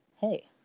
hey